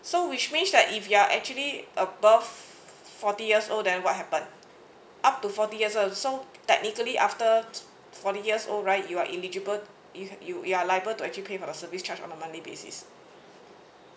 so which means like if you are actually above forty years old then what happen up to forty years so technically after forty years old right you are eligible you you you are liable to actually give for a service charge on a monthly basis